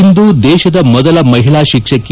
ಇಂದು ದೇಶದ ಮೊದಲ ಮಹಿಳಾ ಶಿಕ್ಷಕಿ